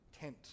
tent